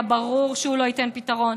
היה ברור שהוא לא ייתן פתרון.